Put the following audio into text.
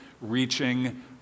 reaching